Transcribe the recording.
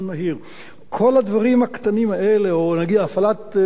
כל הדברים הקטנים האלה, נגיד הפעלת התחנה ברדינג.